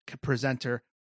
presenter